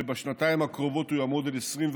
שבשנתיים הקרובות הוא יעמוד על 21,